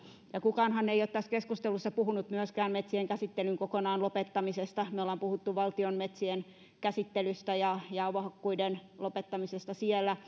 kukaanhan ei ole tässä keskustelussa puhunut myöskään metsienkäsittelyn kokonaan lopettamisesta me olemme puhuneet valtion metsien käsittelystä ja avohakkuiden lopettamisesta siellä